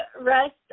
rest